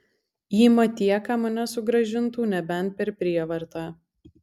į matieką mane sugrąžintų nebent per prievartą